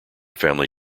family